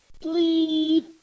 Please